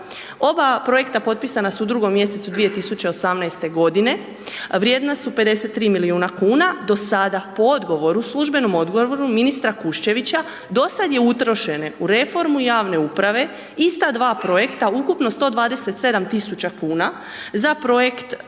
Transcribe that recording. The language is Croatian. Oba projekta potpisana su u 2. mj. 2018., vrijedna su 53 milijuna kuna. Do sada, po odgovoru, službenom odgovoru ministra Kuščevića, dosad je utrošeno u reformu javne uprave ista dva projekta ukupno 127 tisuća kuna, za projekt